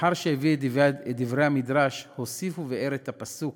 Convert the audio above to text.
ואחר שהביא את דברי המדרש, הוסיף וביאר את הפסוק